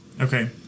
Okay